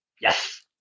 Yes